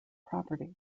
property